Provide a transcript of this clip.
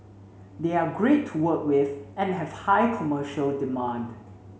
they are great to work with and have high commercial demand